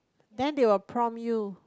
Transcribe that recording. then they will prompt you